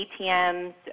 ATMs